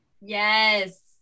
Yes